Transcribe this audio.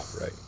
right